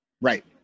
Right